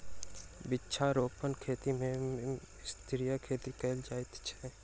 वृक्षारोपण खेती मे त्रिस्तरीय खेती कयल जाइत छै